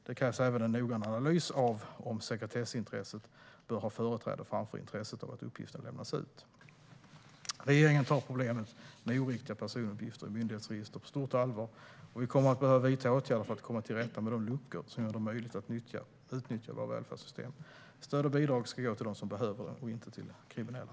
Det krävs även en noggrann analys av om sekretessintresset bör ha företräde framför intresset av att uppgiften lämnas ut. Regeringen tar problemet med oriktiga personuppgifter i myndighetsregister på stort allvar, och vi kommer att behöva vidta åtgärder för att komma till rätta med de luckor som gör det möjligt att utnyttja våra välfärdssystem. Stöd och bidrag ska gå till dem som behöver det, inte till kriminella.